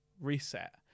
reset